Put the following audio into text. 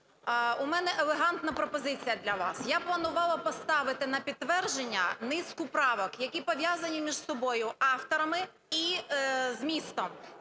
у мене елегантна пропозиція для вас. Я планувала поставити на підтвердження низку правок, які пов'язані між собою, авторами і змістом,